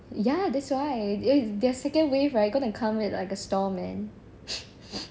ya that's why their second wave right going to come in a storm man